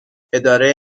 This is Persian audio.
اداره